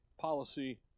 policy